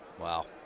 Wow